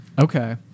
okay